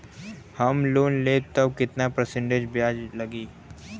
हम लोन लेब त कितना परसेंट ब्याज लागी?